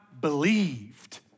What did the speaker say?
believed